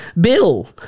Bill